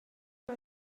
mae